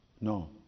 No